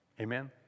Amen